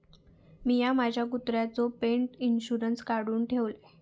मिया माझ्या कुत्र्याचो पेट इंशुरन्स काढुन ठेवलय